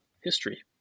history